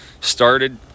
started